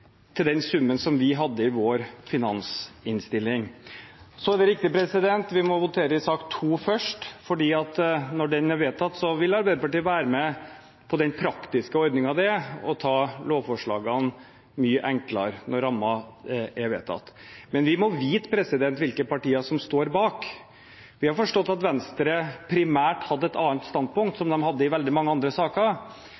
til den summen som vi hadde i vår finansinnstilling. Det er riktig at vi må votere over sak nr. 2 først, for når den er vedtatt, vil Arbeiderpartiet være med på den praktiske ordningen det er å ta lovforslagene. Det er mye enklere når rammen er vedtatt. Men vi må vite hvilke partier som står bak. Vi har forstått at Venstre primært hadde et annet standpunkt,